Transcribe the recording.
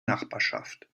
nachbarschaft